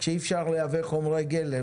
כשאי אפשר לייבא חומרי גלם,